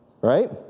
right